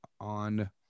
on